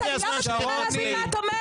אני לא מבינה מה את אומרת.